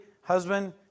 husband